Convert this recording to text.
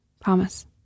Promise